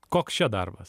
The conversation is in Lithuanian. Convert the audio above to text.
koks čia darbas